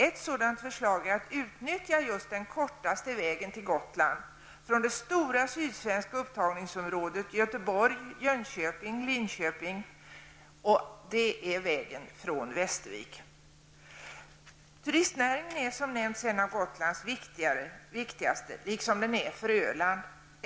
Ett sådant förslag är att utnyttja just den kortaste vägen till Turistnäringen är, som nämnts, en av Gotlands viktigaste, liksom den är för Öland.